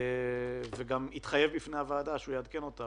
והוא גם התחייב בפני הוועדה שהוא יעדכן אותנו